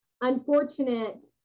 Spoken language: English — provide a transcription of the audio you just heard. unfortunate